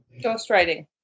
Ghostwriting